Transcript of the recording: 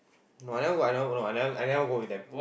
no I never go I never go no I never go with them